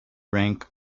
rank